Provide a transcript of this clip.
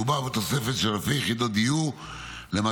מדובר בתוספת של אלפי יחידות דיור למטרות